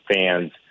fans